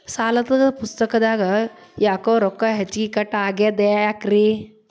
ಸಾಲದ ಪುಸ್ತಕದಾಗ ಯಾಕೊ ರೊಕ್ಕ ಹೆಚ್ಚಿಗಿ ಕಟ್ ಆಗೆದ ಯಾಕ್ರಿ?